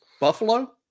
Buffalo